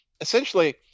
essentially